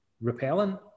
repellent